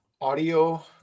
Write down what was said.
audio